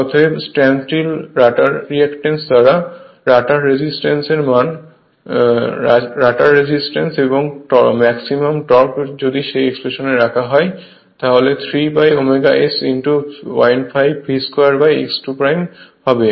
অতএব stand still rotor রিঅ্যাক্টরের দ্বারা রটার রেজিস্ট্যান্স এবং ম্যাক্সিমাম টর্ক যদি সেই এক্সপ্রেশনে রাখা হয় তাহলে 3ω S 05 V 2x 2 হবে